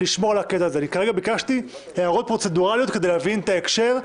כרגע ביקשתי הערות פרוצדורליות כדי להבין את ההקשר.